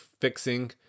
fixing